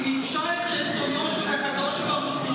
היא מימשה רצונו של הקדוש ברוך הוא.